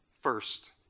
First